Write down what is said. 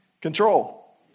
Control